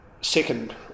second